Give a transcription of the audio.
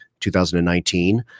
2019